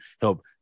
help